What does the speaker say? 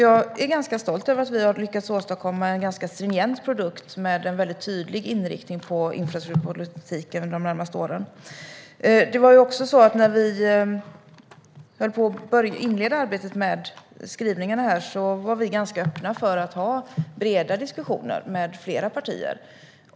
Jag är ganska stolt över att vi har lyckats åstadkomma en stringent produkt med en väldigt tydlig inriktning på infrastrukturpolitiken under de närmaste åren. När vi började inleda arbetet med skrivningarna var vi ganska öppna för att ha breda diskussioner med flera partier.